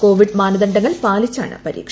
Covid മാനദണ്ഡങ്ങൾ പാലിച്ചാണ് പരീക്ഷ